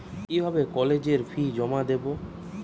কিভাবে কলেজের ফি জমা দেবো?